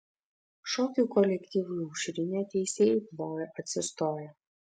šokių kolektyvui aušrinė teisėjai plojo atsistoję